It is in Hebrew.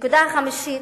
נקודה חמישית,